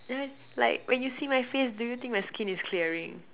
ya like when you see my face do you think my skin is clearing